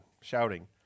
shouting